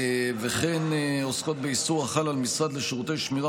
וכן עוסקות באיסור החל על משרד לשירותי שמירה